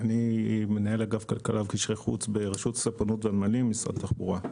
מנהל אגף כלכלה וקשרי חוץ ברשות הספנות והנמלים ממשרד התחבורה.